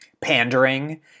pandering